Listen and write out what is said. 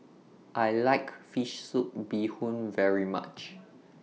I like Fish Soup Bee Hoon very much